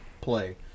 play